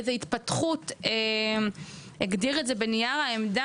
איזו התפתחות ובנק ישראל הגדיר את זה בנייר העמדה